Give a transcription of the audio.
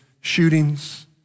shootings